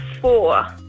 Four